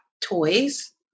toys